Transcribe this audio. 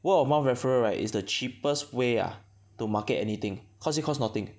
word of mouth referral right is the cheapest way ah to market anything cause it cost nothing